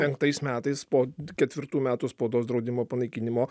penktais metais po ketvirtų metų spaudos draudimo panaikinimo